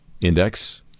index